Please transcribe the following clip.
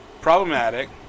Problematic